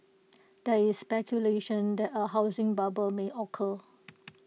there is speculation that A housing bubble may occur